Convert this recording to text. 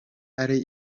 ari